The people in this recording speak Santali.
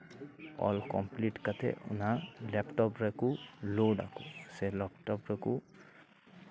ᱚᱞ ᱠᱚᱢᱯᱤᱞᱤᱴ ᱠᱟᱛᱮ ᱚᱱᱟ ᱞᱮᱯᱴᱚᱯ ᱨᱮᱠᱚ ᱞᱳᱰ ᱟᱠᱚ ᱥᱮ ᱞᱮᱯᱴᱚᱯ ᱨᱮᱠᱚ